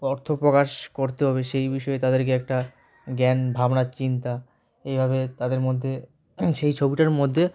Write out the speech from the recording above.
অর্থ প্রকাশ করতে হবে সেই বিষয়ে তাদেরকে একটা জ্ঞান ভাবনা চিন্তা এইভাবে তাদের মধ্যে সেই ছবিটার মধ্যে